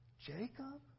Jacob